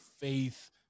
faith